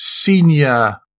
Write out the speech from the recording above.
senior